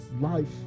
life